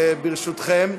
ברשותכם,